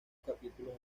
capítulos